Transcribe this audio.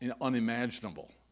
unimaginable